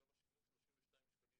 שם שילמו 32 שקלים